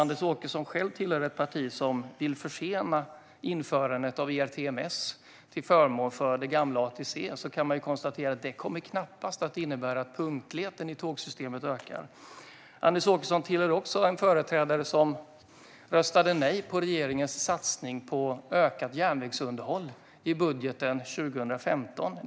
Anders Åkesson tillhör själv ett parti som vill försena införandet av ERTMS till förmån för det gamla ATC. Man kan konstatera att detta knappast kommer att innebära att punktligheten i tågsystemet ökar. Anders Åkesson företräder också ett parti som röstade nej till regeringens satsning på ökat järnvägsunderhåll i budgeten 2015.